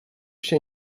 się